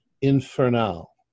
Infernal